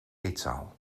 eetzaal